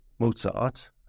Mozart